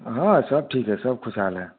हाँ सब ठीक है सब ख़ुशहाल है